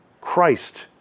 christ